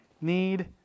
need